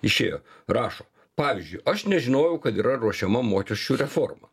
išėjo rašo pavyzdžiui aš nežinojau kad yra ruošiama mokesčių reforma